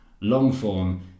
long-form